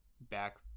back